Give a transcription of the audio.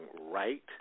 right